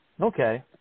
okay